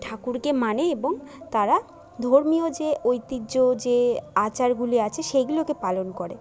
ঠাকুরকে মানে এবং তারা ধর্মীয় যে ঐতিহ্য যে আচারগুলি আছে সেইগুলোকে পালন করে